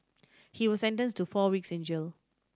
he was sentence to four weeks in jail